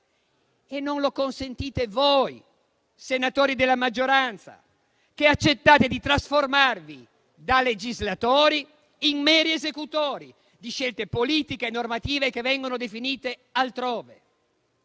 e non lo consentite voi, senatori della maggioranza, che accettate di trasformarvi da legislatori in meri esecutori di scelte politiche e normative che vengono definite altrove.